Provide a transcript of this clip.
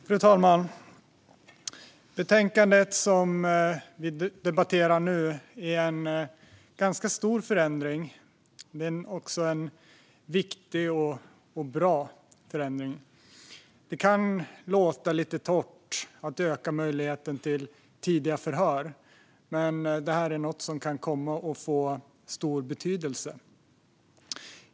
Fru talman! Betänkandet som vi nu debatterar innebär en ganska stor förändring. Det är också en viktig och en bra förändring. Det kan låta lite torrt, det här att öka möjligheten till tidiga förhör, men det är något som kan komma att få stor betydelse.